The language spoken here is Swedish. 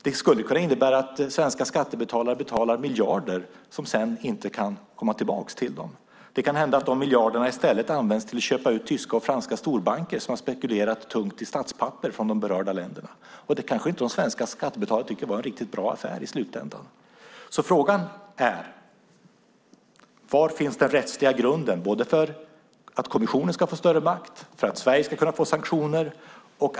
Det skulle kunna innebära att svenska skattebetalare betalar miljarder som sedan inte kan komma tillbaka till dem. Det kan hända att de miljarderna i stället används till att köpa ut tyska och franska storbanker som har spekulerat tungt i statspapper från de berörda länderna. Det kanske inte de svenska skattebetalarna tycker var någon särskilt bra affär i slutändan. Frågan är: Var finns den rättsliga grunden, både för att kommissionen ska få större makt och för att Sverige ska kunna få sanktioner?